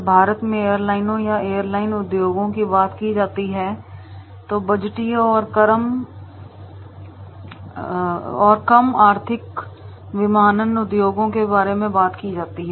जब भारत में एयरलाइनों या एयरलाइन उद्योगों की बात की जाती है तो बजटीय और कम आर्थिक विमानन उद्योगों के बारे में बात की जाती है